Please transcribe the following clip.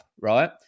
right